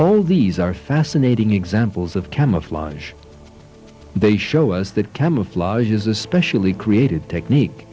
these are fascinating examples of camouflage they show us that camouflage is a specially created technique